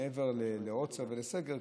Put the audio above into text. מעבר לעוצר ולסגר,